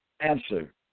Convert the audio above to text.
Answer